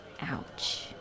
Ouch